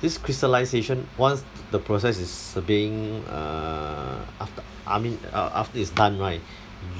this crystallisation once the process is being err after I mean ah after it's done right